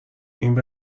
این